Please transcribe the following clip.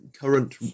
current